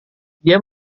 dia